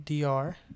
DR